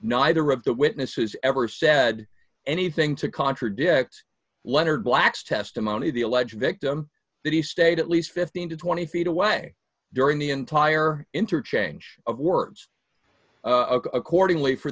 neither of the witnesses ever said anything to contradict leonard black's testimony of the alleged victim that he stayed at least fifteen to twenty feet away during the entire interchange of words accordingly for